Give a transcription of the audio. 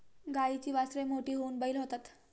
गाईची वासरे मोठी होऊन बैल होतात